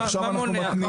עכשיו אנחנו מתניעים אותו.